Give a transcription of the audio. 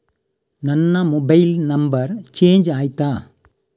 ನನ್ನ mobile number change ಆಯ್ತಾ?